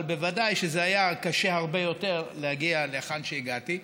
אבל בוודאי שזה היה קשה הרבה יותר להגיע להיכן שהגעתי.